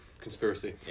Conspiracy